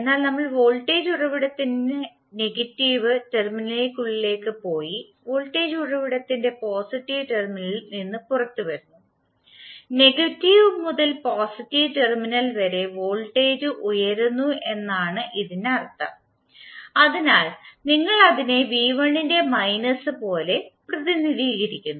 എന്നാൽ നമ്മൾ വോൾട്ടേജ് ഉറവിടത്തിന്റെ നെഗറ്റീവ് ടെർമിനലിനുള്ളിലേക്ക് പോയി വോൾട്ടേജ് ഉറവിടത്തിന്റെ പോസിറ്റീവ് ടെർമിനലിൽ നിന്ന് പുറത്തുവരുന്നു നെഗറ്റീവ് മുതൽ പോസിറ്റീവ് ടെർമിനൽ വരെ വോൾട്ടേജ് ഉയരുന്നു എന്നാണ് ഇതിനർത്ഥം അതിനാൽ നിങ്ങൾ അതിനെ v1 ന്റെ മൈനസ് പോലെ പ്രതിനിധീകരിക്കുന്നു